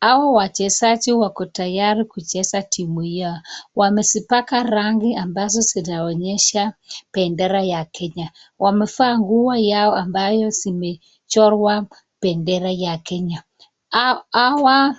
Hawa wachezaji wako tayari kucheza timu yao. Wamejipanga rangi ambazo zinaonyesha bendera ya Kenya . Wamevaa nguo zao ambazo zimechorwa bendera ya Kenya. Hawa